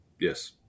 Yes